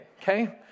okay